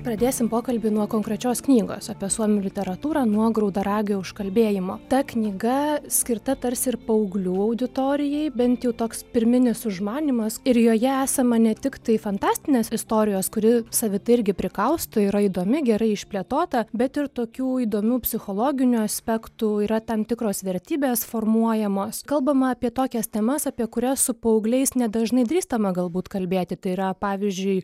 pradėsim pokalbį nuo konkrečios knygos apie suomių literatūrą nuo graudaragio užkalbėjimo ta knyga skirta tarsi ir paauglių auditorijai bent jau toks pirminis užmanymas ir joje esama ne tiktai fantastinės istorijos kuri savitai irgi prikausto yra įdomi gerai išplėtota bet ir tokių įdomių psichologinių aspektų yra tam tikros vertybės formuojamos kalbama apie tokias temas apie kurias su paaugliais nedažnai drįstama galbūt kalbėti tai yra pavyzdžiui